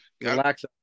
Relax